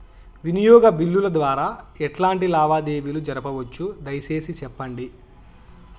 వినియోగ బిల్లుల ద్వారా ఎట్లాంటి లావాదేవీలు జరపొచ్చు, దయసేసి సెప్పండి?